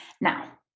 Now